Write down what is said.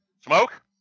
smoke